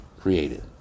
created